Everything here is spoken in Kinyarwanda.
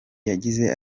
yagize